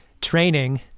training